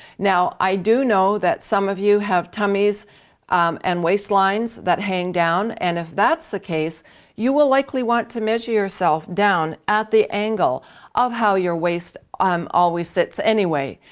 now i do know that some of you have tummies and waist lines that hang down and if that's the case you will likely want to measure yourself down at the angle of how your waist um always sits anyway.